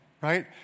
right